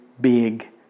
big